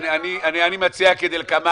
אני מציע כדלקמן.